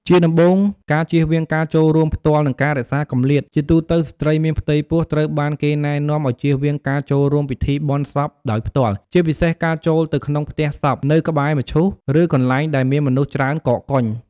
ជាដំបូង ការជៀសវាងការចូលរួមផ្ទាល់ និងការរក្សាគម្លាត ជាទូទៅស្ត្រីមានផ្ទៃពោះត្រូវបានគេណែនាំឲ្យជៀសវាងការចូលរួមពិធីបុណ្យសពដោយផ្ទាល់ ជាពិសេសការចូលទៅក្នុងផ្ទះសព នៅក្បែរមឈូស ឬកន្លែងដែលមានមនុស្សច្រើនកកកុញ។